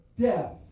death